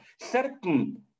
certain